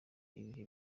ibihe